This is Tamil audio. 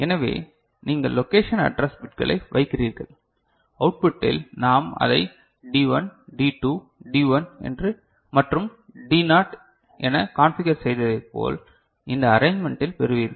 எனவே நீங்கள் லொகேஷன் அட்ரெஸ் பிட்களை வைக்கிறீர்கள் அவுட்புடில் நாம் அதை டி 1 டி 2 டி 1 மற்றும் டி நாட் என கான்பிகர் செய்ததைப்போல் இந்த அரேஞ்ச்மேண்டில் பெறுவீர்கள்